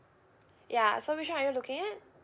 ya so which [one] are you looking at